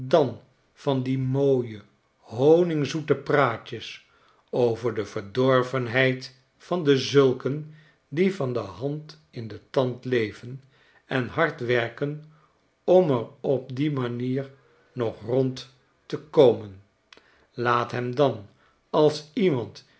dan van die mooie honingzoete praatjes over de verdorvenheid van dezulken die van de hand in den tand leven en hard werken om er op die manier nog rond te komen laat hem dan als iemand